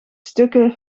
stukken